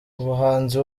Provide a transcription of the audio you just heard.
umuhanzi